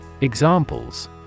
Examples